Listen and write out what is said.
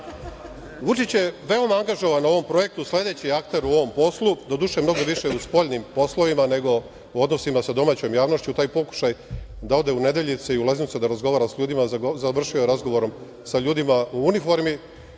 je veoma angažovan na ovom projektu, sledeći akter u ovom poslu, doduše, mnogo više u spoljnim poslovima, nego u odnosima sa domaćom javnošću. Taj pokušaj da ode u Nedeljice i Loznicu da razgovara sa ljudima završio je razgovorom sa ljudima u uniformi.